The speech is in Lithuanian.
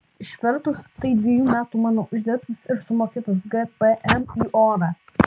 išvertus tai dviejų metų mano uždirbtas ir sumokėtas gpm į orą